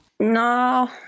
no